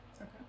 Okay